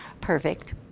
perfect